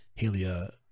Helia